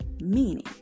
meaning